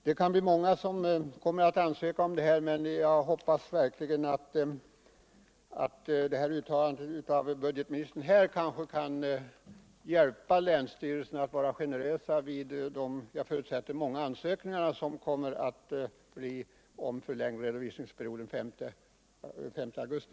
Det kan bli många som ansöker om detta. men jag hoppas verkligen att uttalandet av budgetministern här kan medverka till att länsstyrelserna är generösa vid behandlingen av de som jag förutsätter många ansökningar det kommer att bli om förlängning av redovisningsperioden till efter den 5 augusti.